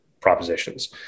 propositions